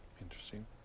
interesting